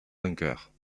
bunkers